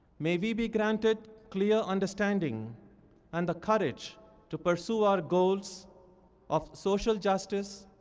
may we be granted clear understanding and the courage to pursue our goals of social justice,